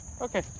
okay